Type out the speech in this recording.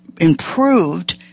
improved